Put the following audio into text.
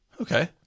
okay